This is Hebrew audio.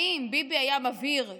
האם ביבי היה מבהיר שוב?